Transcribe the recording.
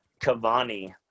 Cavani